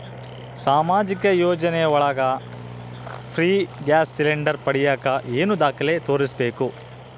ಸಾಮಾಜಿಕ ಯೋಜನೆ ಒಳಗ ಫ್ರೇ ಗ್ಯಾಸ್ ಸಿಲಿಂಡರ್ ಪಡಿಯಾಕ ಏನು ದಾಖಲೆ ತೋರಿಸ್ಬೇಕು?